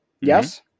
Yes